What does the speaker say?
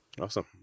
Awesome